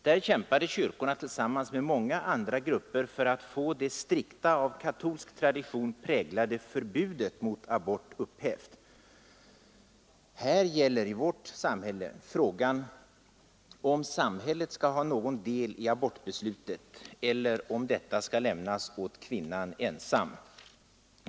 Där kämpade kyrkorna tillsammans med andra grupper för att få det strikta och av katolsk tradition präglade förbudet mot abort upphävt. Här i vårt land gäller det om samhället skall ha någon del i abortbeslutet eller om detta skall lämnas åt kvinnan ensam.